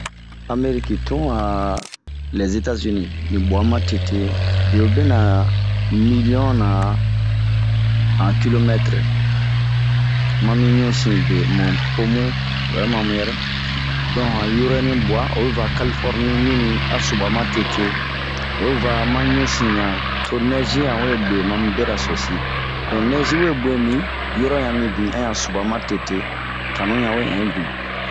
Ameriki tun a lɛ etazini, li bua matete ,biwo bia miliyon na an kilomɛtere ma miɲusin be ,mun pobun. Oɛ mamu yɛre, oyiva kalifornie mini asubuamatete ,oyi va ma ɲusin ɲa to nɛzi we bue mabin beraso sin. Donke nɛzi we buebin ,yɔrɔ ɲa minbin subua matete, tanu ɲa we ɛnbin.